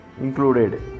included